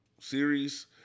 series